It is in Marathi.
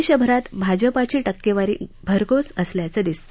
देशभरात भाजपाची टक्केवारी भरघोस असल्याचे दिसते